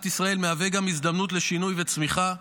ישראל מהווה גם הזדמנות לשינוי ולצמיחה.